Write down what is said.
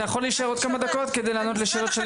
אתה יכול להישאר עוד כמה דקות כדי לענות לשאלות של